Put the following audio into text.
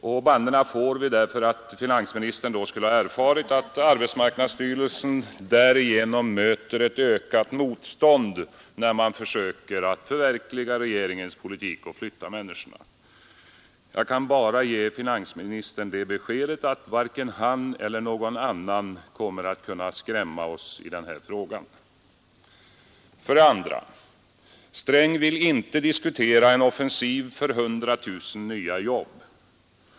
De bannorna får vi därför att finansministern skulle ha erfarit att arbetsmarknadsstyrelsen på grund av vårt agerande möter ett ökat motstånd när den försöker förverkliga regeringens politik och flytta människorna. Jag kan bara ge finansministern det beskedet att varken han eller någon annan kommer att kunna skrämma oss i den här frågan. Det andra beskedet var att herr Sträng inte vill diskutera en offensiv för 100 000 nya jobb.